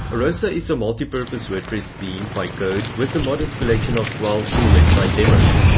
arrosa is a multipurpose wordpress theme by code with a modest collection of twelve full website demos.